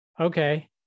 okay